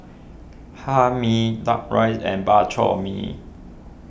Hae Mee Duck Rice and Bak Chor Mee